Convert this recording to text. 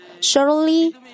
surely